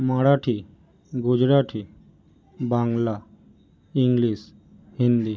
Marathi Gujarati Bangla English Hindi